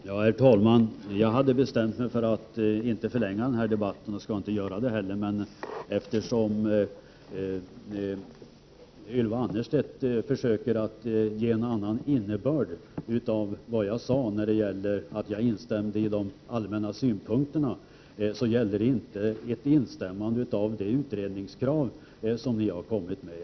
Herr talman! Jag hade bestämt mig för att inte förlänga den här debatten och skall inte göra det heller. Ylva Annerstedt försökte emellertid ge en annan innebörd åt vad jag sade när jag instämde i de allmänna synpunkterna. Det gällde inte ett instämmande i det utredningskrav som ni har kommit med.